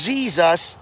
Jesus